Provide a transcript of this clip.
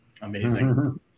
amazing